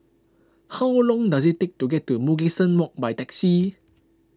how long does it take to get to Mugliston Walk by taxi